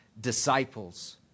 disciples